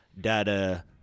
data